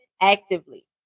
actively